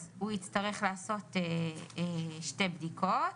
אז הוא יצטרך לעשות שתי בדיקות,